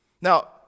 Now